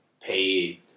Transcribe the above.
paid